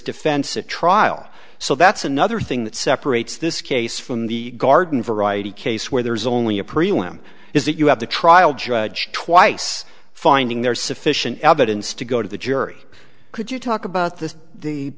defense a trial so that's another thing that separates this case from the garden variety case where there's only a prelim is that you have the trial judge twice finding there is sufficient alba since to go to the jury could you talk about this the